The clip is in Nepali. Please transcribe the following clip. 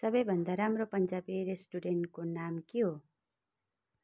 सबैभन्दा राम्रो पन्जाबी रेस्टुरेन्टको नाम के हो